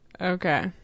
Okay